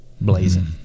blazing